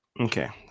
Okay